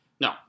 No